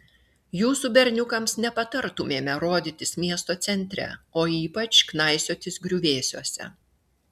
jūsų berniukams nepatartumėme rodytis miesto centre o ypač knaisiotis griuvėsiuose